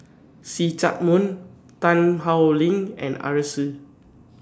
See Chak Mun Tan Howe Liang and Arasu